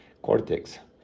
cortex